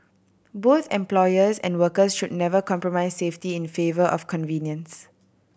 both employers and workers should never compromise safety in favour of convenience